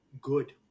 good